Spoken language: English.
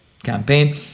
campaign